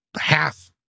half